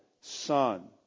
Son